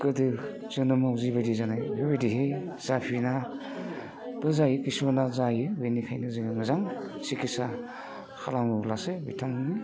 गोदो जोनोम उजि बायदि जानाय बेफोरबायदिहै जाफिनाबो जायो किसुमाना जायो बेनिखायनो मोजां सिकित्सा खालामोब्लासो बिथांमोननि